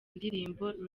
ndirimbo